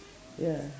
ya